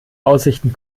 aussichten